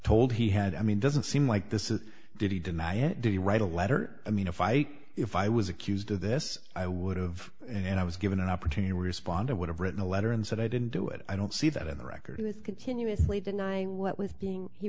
told he had i mean doesn't seem like this is did he deny it did you write a letter i mean if i if i was accused of this i would have and i was given an opportunity responded would have written a letter and said i didn't do it i don't see that in the record he was continuously denying what was being he